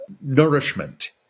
nourishment